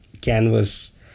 canvas